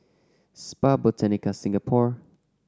Spa Botanica Singapore